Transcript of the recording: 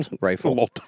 rifle